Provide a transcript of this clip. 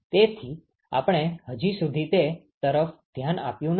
તેથી આપણે હજી સુધી તે તરફ ધ્યાન આપ્યું નથી